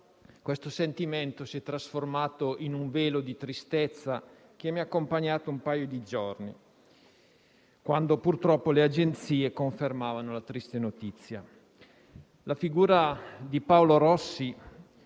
Questo sentimento si è trasformato in un velo di tristezza che mi ha accompagnato per un paio di giorni, quando purtroppo le agenzie hanno confermato la triste notizia. La figura di Paolo Rossi